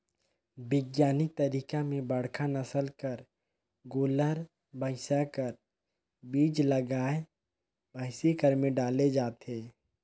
बिग्यानिक तरीका में बड़का नसल कर गोल्लर, भइसा कर बीज ल गाय, भइसी कर में डाले जाथे